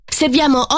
serviamo